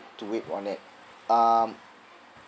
to wait on it um